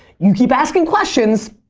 you keep asking questions,